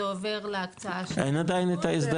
זה עובר לצד של השיכון והפוך.